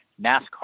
NASCAR